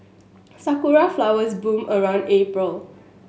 sakura flowers bloom around April